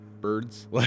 birds